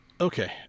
Okay